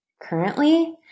currently